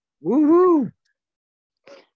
Woo-hoo